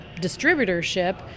distributorship